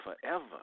forever